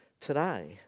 today